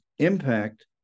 impact